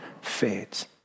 fades